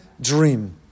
dream